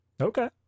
Okay